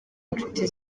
inshuti